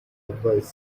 advise